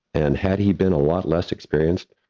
and had he been a lot less experienced,